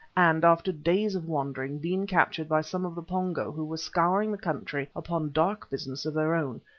and, after days of wandering, been captured by some of the pongo who were scouring the country upon dark business of their own,